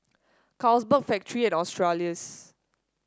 Carlsberg Factorie and Australis